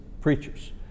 preachers